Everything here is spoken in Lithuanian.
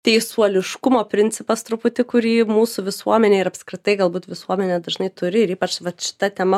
teisuoliškumo principas truputį kurį mūsų visuomenė ir apskritai galbūt visuomenė dažnai turi ir ypač vat šita tema